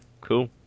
cool